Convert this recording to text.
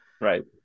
right